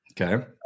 Okay